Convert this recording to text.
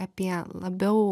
apie labiau